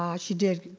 um she did